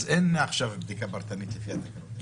אז אין עכשיו בדיקה פרטנית לפי התקנות?